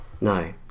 No